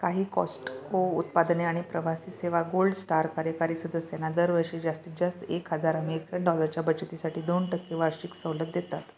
काही कॉस्टको उत्पादने आणि प्रवासी सेवा गोल्ड स्टार कार्यकारी सदस्यांना दरवर्षी जास्तीत जास्त एक हजार अमेरीकन डॉलरच्या बचतीसाठी दोन टक्के वार्षिक सवलत देतात